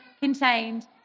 contained